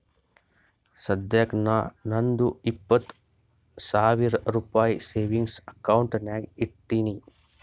ಸದ್ಯಕ್ಕ ನಾ ನಂದು ಇಪ್ಪತ್ ಸಾವಿರ ರುಪಾಯಿ ಸೇವಿಂಗ್ಸ್ ಅಕೌಂಟ್ ನಾಗ್ ಇಟ್ಟೀನಿ